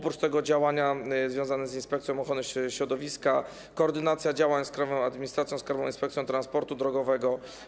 Poza tym działania związane z Inspekcją Ochrony Środowiska, koordynacja działań z Krajową Administracją Skarbową, Inspekcją Transportu Drogowego.